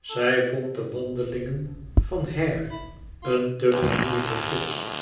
zij vond de wandelingen van hare een te vermoeiende gids